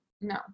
No